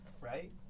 right